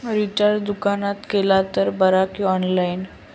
Recharge दुकानात केला तर बरा की ऑनलाइन?